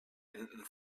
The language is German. enden